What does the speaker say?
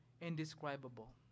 indescribable